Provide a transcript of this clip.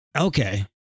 Okay